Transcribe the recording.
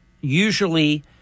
Usually